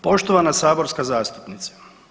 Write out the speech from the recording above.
Poštovana saborska zastupnice.